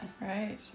Right